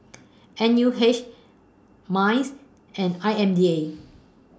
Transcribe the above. N U H Minds and I M D A